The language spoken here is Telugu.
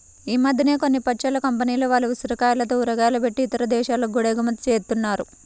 ఈ మద్దెన కొన్ని పచ్చళ్ళ కంపెనీల వాళ్ళు ఉసిరికాయలతో ఊరగాయ బెట్టి ఇతర దేశాలకి గూడా ఎగుమతి జేత్తన్నారు